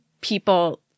people